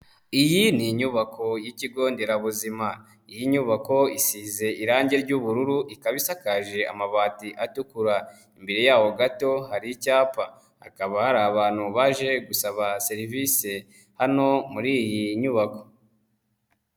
Iyi ni inyubako y'ikigonderabuzima. Iyi nyubako isize irangi ry'ubururu, ikaba isakaje amabati atukura, imbere yaho gato hari icyapa hakaba hari abantu baje gusaba serivisi hano muri iyi nyubako.